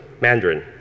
Mandarin